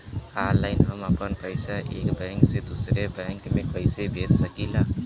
Online हम आपन पैसा एक बैंक से दूसरे बैंक में कईसे भेज सकीला?